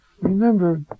remember